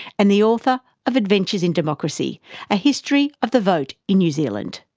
and the author of adventures in democracy a history of the vote in new zealand.